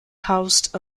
housed